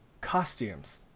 costumes